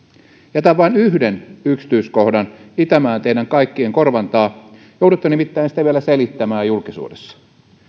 jätän vain yhden yksityiskohdan itämään teidän kaikkien korvan taa joudutte nimittäin sitä vielä selittämään julkisuudessa